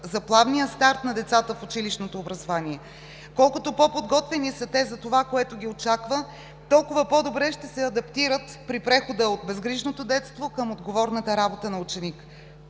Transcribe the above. за плавния старт на децата в училищното образование. Колкото по-подготвени са те за това, което ги очаква, толкова по-добре ще се адаптират при прехода от безгрижното детство към отговорната работа на ученика.